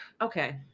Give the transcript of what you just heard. Okay